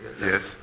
Yes